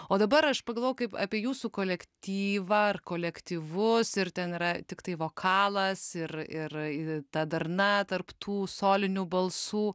o dabar aš pagalvojau kaip apie jūsų kolektyvą ar kolektyvus ir ten yra tiktai vokalas ir ir ta darna tarp tų solinių balsų